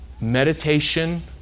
Meditation